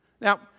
Now